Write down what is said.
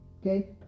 okay